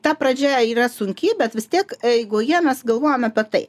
ta pradžia yra sunki bet vis tiek eigoje mes galvojam apie tai